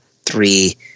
three